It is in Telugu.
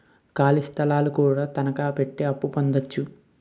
ఖాళీ స్థలాలు కూడా తనకాపెట్టి అప్పు పొందొచ్చు